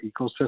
ecosystem